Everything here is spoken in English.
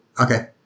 Okay